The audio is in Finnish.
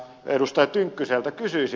tynkkyseltä kysyisin